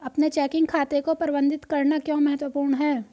अपने चेकिंग खाते को प्रबंधित करना क्यों महत्वपूर्ण है?